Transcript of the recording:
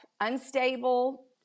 Unstable